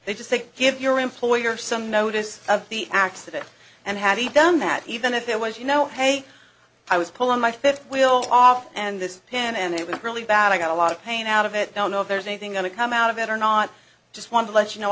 they just think give your employer some notice of the accident and have you done that even if it was you know hey i was pulling my fifth wheel off and this pin and it was really bad i got a lot of pain out of it don't know if there's anything going to come out of it or not just want to let you know